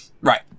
Right